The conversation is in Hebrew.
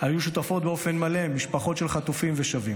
היו שותפות באופן מלא משפחות של חטופים ושבים.